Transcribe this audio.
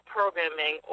programming